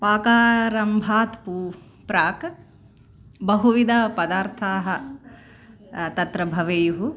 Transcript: पाकारम्भात् पू प्राक् बहुविध पदार्थाः तत्र भवेयुः